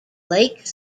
lake